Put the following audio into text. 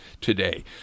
today